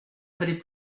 fallait